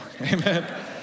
amen